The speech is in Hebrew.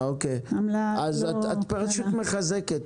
אז את פשוט מחזקת,